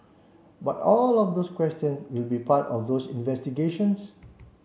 but all of those questions will be part of those investigations